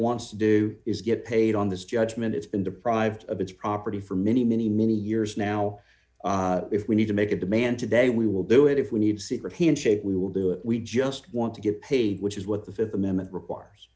wants to do is get paid on this judgment it's been deprived of its property for many many many years now if we need to make a demand today we will do it if we need secret handshake we will do it we just want to get paid which is what the th amendment requires